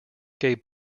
gave